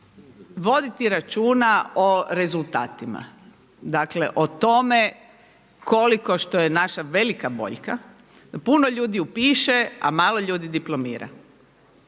voditi računa o rezultatima. Dakle, o tome koliko što je naša velika boljka puno ljudi upiše a malo ljudi diplomira.